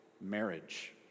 marriage